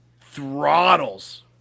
throttles